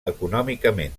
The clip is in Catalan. econòmicament